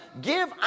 give